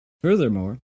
Furthermore